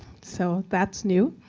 so that's new.